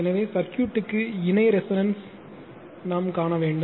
எனவே சர்க்யூட்க்கு இணை ரெசோனன்ஸ் காண வேண்டும்